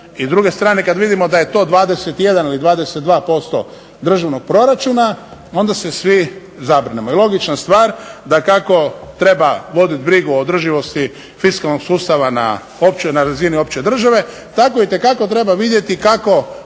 i s druge strane kad vidimo da je to 21 ili 22% državnog proračuna onda se svi zabrinemo. I logična stvar, dakako treba vodit brigu o održivosti fiskalnog sustava na razini opće države, tako itekako treba vidjeti kako